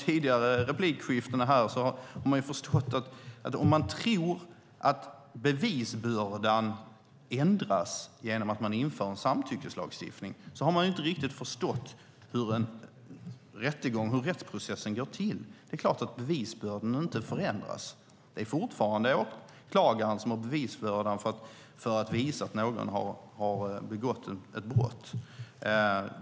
Tror man att bevisbördan ändras genom att vi inför en samtyckeslagstiftning har man inte riktigt förstått hur rättsprocessen går till. Bevisbördan förändras inte. Det är fortfarande åklagaren som har bevisbördan och måste bevisa att någon har begått ett brott.